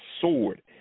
sword